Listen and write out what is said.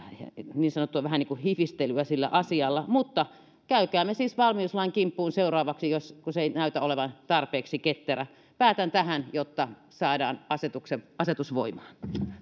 niin kuin hifistelyä sillä asialla mutta käykäämme siis valmiuslain kimppuun seuraavaksi kun se ei näytä olevan tarpeeksi ketterä päätän tähän jotta saadaan asetus voimaan